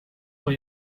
vor